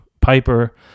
Piper